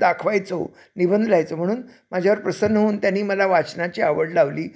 दाखवायचो निबंध लिहायचो म्हणून माझ्यावर प्रसन्न होऊन त्यांनी मला वाचनाची आवड लावली